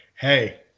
Hey